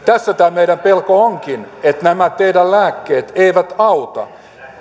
meidän pelko onkin että nämä teidän lääkkeenne eivät